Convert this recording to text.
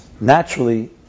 Naturally